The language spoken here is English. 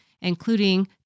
including